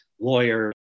lawyers